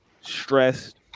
Stressed